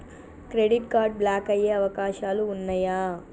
Credit card block అయ్యే అవకాశాలు ఉన్నయా?